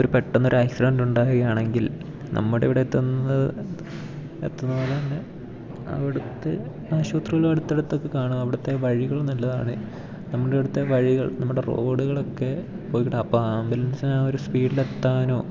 ഒരു പെട്ടെന്ന് ഒരു ആക്സിഡന്റ് ഉണ്ടാകുകയാണെങ്കിൽ നമ്മുടെ ഇവിടെ എത്തുന്നത് എത്തുന്നപോലെ തന്നെ അവിടുത്തെ ആശുപത്രികളും അടുത്തടുത്തൊക്കെ കാണും അവിടുത്തെ വഴികളും നല്ലതാന്നെങ്കിൽ നമ്മുടെ ഇവിടുത്തെ വഴികൾ നമ്മുടെ റോഡുകളൊക്കെ പോയിക്കിട്ടും അപ്പം ആംബുലൻസിന് ആ ഒരു സ്പീഡിലെത്താനോ